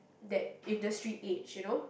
that industry age you know